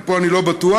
פה אני לא בטוח.